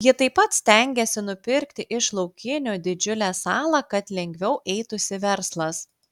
ji taip pat stengiasi nupirkti iš laukinių didžiulę salą kad lengviau eitųsi verslas